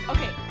Okay